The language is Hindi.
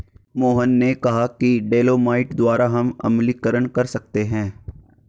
मोहन ने कहा कि डोलोमाइट द्वारा हम अम्लीकरण कर सकते हैं